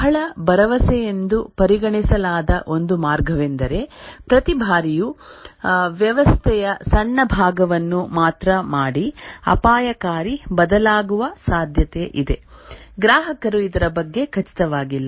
ಬಹಳ ಭರವಸೆಯೆಂದು ಪರಿಗಣಿಸಲಾದ ಒಂದು ಮಾರ್ಗವೆಂದರೆ ಪ್ರತಿ ಬಾರಿಯೂ ವ್ಯವಸ್ಥೆಯ ಸಣ್ಣ ಭಾಗವನ್ನು ಮಾತ್ರ ಮಾಡಿ ಅಪಾಯಕಾರಿ ಬದಲಾಗುವ ಸಾಧ್ಯತೆ ಇದೆ ಗ್ರಾಹಕರು ಇದರ ಬಗ್ಗೆ ಖಚಿತವಾಗಿಲ್ಲ